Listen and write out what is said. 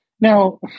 now